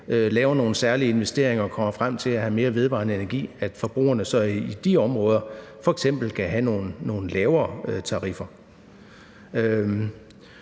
laver nogle særlige investeringer og kommer frem til at have mere vedvarende energi, kan forbrugerne i de områder f.eks. have nogle lavere tariffer?